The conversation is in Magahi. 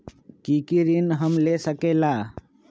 की की ऋण हम ले सकेला?